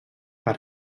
per